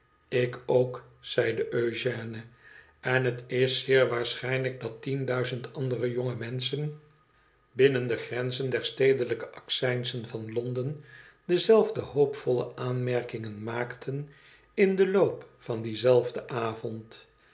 ik ook zeide ëugène en het is zeer waarschijnlijk dat tien duizend andere jonge menschen binnen de grenzen der i stedelijke accijnsen van londen dezelfde hoopvolle aanmerkingen maakten in den loop van dien zelfden avond